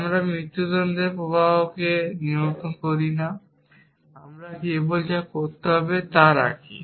আমরা মৃত্যুদণ্ডের প্রবাহকে নিয়ন্ত্রণ করি না আমরা কেবল যা করতে হবে তা রাখি